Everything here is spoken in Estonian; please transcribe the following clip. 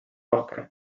rohkem